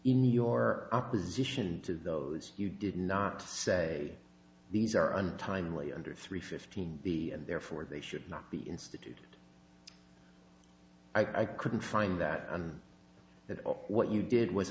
in your opposition to those you did not say these are untimely under three fifteen the and therefore they should not be instituted i couldn't find that and that what you did was